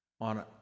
on